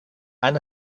han